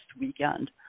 weekend